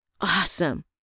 awesome